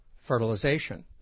fertilization